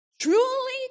truly